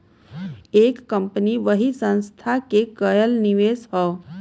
एक कंपनी वाहे संस्था के कएल निवेश हौ